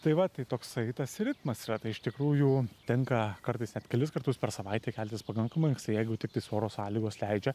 tai va tai toksai tas ir ritmas yra tai iš tikrųjų tenka kartais net kelis kartus per savaitę keltis pakankamai anksti jeigu tiktais oro sąlygos leidžia